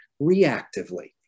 reactively